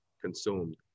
consumed